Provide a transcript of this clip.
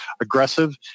aggressive